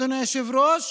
אדוני היושב-ראש,